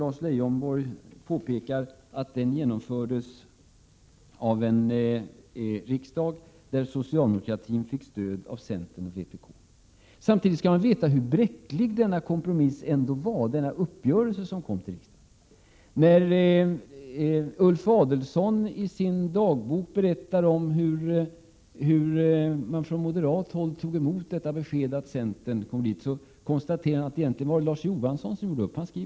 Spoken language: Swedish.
Lars Leijonborg påpekar att uppgörelsen genomfördes i en riksdag där socialdemokraterna fick stöd av centern och vpk. Samtidigt skall man veta hur bräcklig den uppgörelse var som träffades i riksdagen. När Ulf Adelsohn i sin dagbok berättar om hur moderaterna tog emot beskedet att centern träffat en uppgörelse, konstaterar han att det egentligen var Larz Johansson som träffade uppgörelsen.